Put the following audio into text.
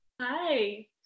hi